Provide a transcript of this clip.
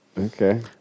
Okay